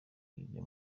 rijya